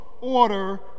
order